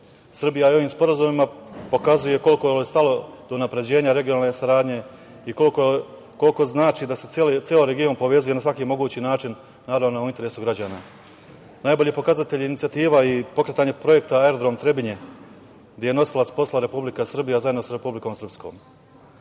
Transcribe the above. Srbijom. Srbija ovim sporazumima pokazuje koliko joj je stalo do unapređenja regionalne saradnje i koliko znači da se ceo region povezuje na svaki mogući način, naravno u interesu građana. Najbolji pokazatelj je inicijativa i pokretanje projekta aerodrom „Trebinje“, gde je nosilac posla Republika Srbija zajedno sa Republikom Srpskom.